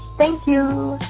thank you